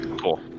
Cool